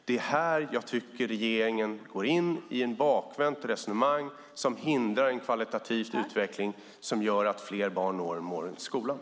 Det är här jag tycker att regeringen går in i ett bakvänt resonemang som hindrar en kvalitativ utveckling som gör att fler barn når målen i skolan.